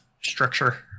structure